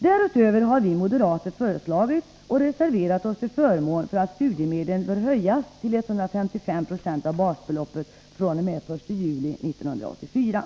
Därutöver har vi moderater föreslagit och reserverat oss till förmån för att studiemedlen bör höjas till 155 96 av basbeloppet fr.o.m. den 1 juli 1984.